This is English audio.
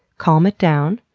calm it down.